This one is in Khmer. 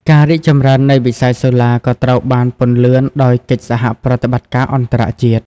ការរីកចម្រើននៃវិស័យសូឡាក៏ត្រូវបានពន្លឿនដោយកិច្ចសហប្រតិបត្តិការអន្តរជាតិ។